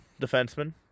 defenseman